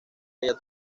ella